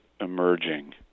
emerging